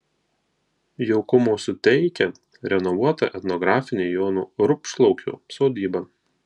jaukumo suteikia renovuota etnografinė jono rupšlaukio sodyba